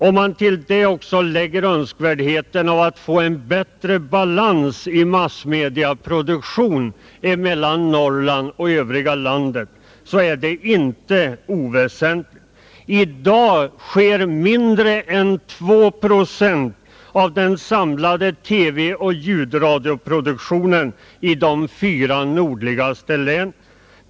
Om man till detta lägger önskvärdheten av att få bättre balans mellan Norrland och det övriga landet när det gäller massmediernas produktion, så är det inte någon oväsentlig sak. I dag produceras mindre än 2 procent av de samlade TV och ljudradioprogrammen i de fyra nordligaste länen.